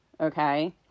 okay